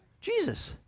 Jesus